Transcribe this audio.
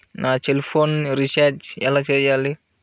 నా సెల్ఫోన్కు రీచార్జ్ ఎలా చేయాలి?